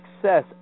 success